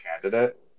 candidate